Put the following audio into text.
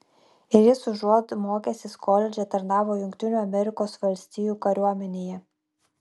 ir jis užuot mokęsis koledže tarnavo jungtinių amerikos valstijų kariuomenėje